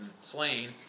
slain